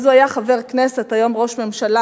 אז הוא היה חבר כנסת, היום ראש ממשלה,